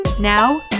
Now